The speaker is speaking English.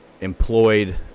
employed